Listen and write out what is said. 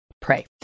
pray